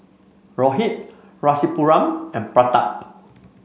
Rohit Rasipuram and Pratap